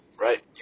right